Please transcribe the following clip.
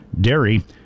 dairy